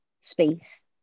space